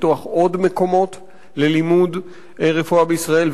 לפתוח עוד מקומות ללימוד רפואה בישראל,